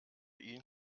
ihn